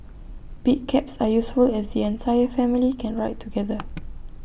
big cabs are useful as the entire family can ride together